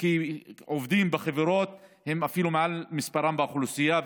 כעובדים בחברות הם אפילו מעל מספרם באוכלוסייה,